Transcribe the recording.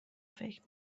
فکر